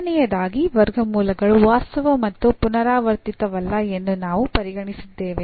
ಎರಡನೆಯದಾಗಿ ವರ್ಗಮೂಲಗಳು ವಾಸ್ತವ ಮತ್ತು ಪುನರಾವರ್ತಿತವಲ್ಲ ಎಂದು ನಾವು ಪರಿಗಣಿಸಿದ್ದೇವೆ